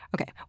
Okay